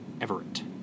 Everett